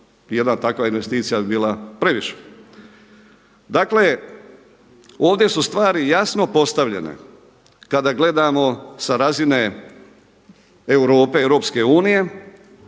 jedna takva investicija bi bila previše. Dakle, ovdje su stvari jasno postavljene kada gledamo sa razine Europe, EU a u